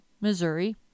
Missouri